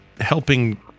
helping